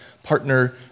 partner